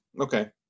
Okay